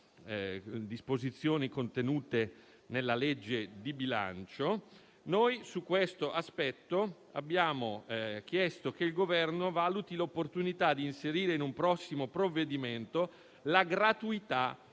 a questo aspetto abbiamo chiesto che il Governo valuti l'opportunità di inserire, in un prossimo provvedimento, la gratuità